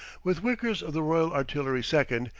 with wickers of the royal artillery second,